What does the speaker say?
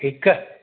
ठीकु आहे